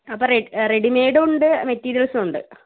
അപ്പോൾ റെഡിമെയ്ഡും ഉണ്ട് മെറ്റീരിയൽസും ഉണ്ട്